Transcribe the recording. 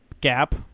gap